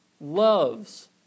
loves